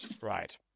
Right